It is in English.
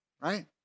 right